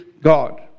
God